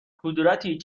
کدورتی